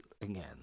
again